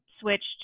switched